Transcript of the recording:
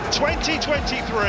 2023